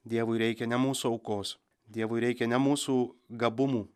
dievui reikia ne mūsų aukos dievui reikia ne mūsų gabumų